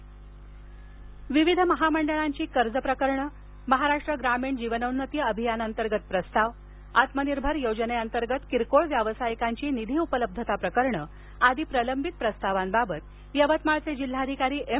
bankers विविध महामंडळांची कर्ज प्रकरणे महाराष्ट्र ग्रामीण जीवन्नोनती अभियान अंतर्गत प्रस्ताव आत्मनिर्भर योजनेंतर्गत किरकोळ व्यवसाईकांची निधी उपलब्धता प्रकरणे आदी प्रलंबित प्रस्तावांबाबत यवतमाळचे जिल्हाधिकारी एम